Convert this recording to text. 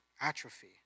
atrophy